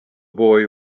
boy